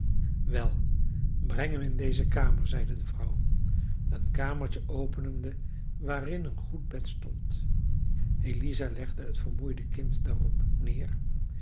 wel breng hem in deze kamer zeide de vrouw een kamertje openende waarin een goed bed stond eliza legde het vermoeide kind daarop neer